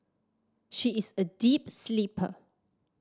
she is a deep sleeper